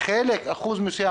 אחוז מסוים